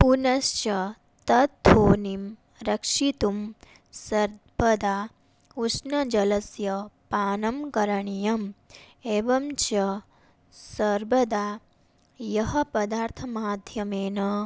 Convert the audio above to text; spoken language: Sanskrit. पुनश्च तद्ध्वनिं रक्षितुं सर्वदा उष्णजलस्य पानं करणीयम् एवं च सर्वदा यः पदार्थमाध्यमेन